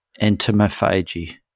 entomophagy